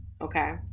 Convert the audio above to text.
okay